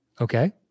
Okay